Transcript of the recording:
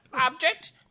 object